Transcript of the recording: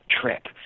trip